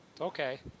okay